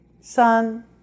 sun